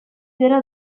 gero